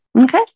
Okay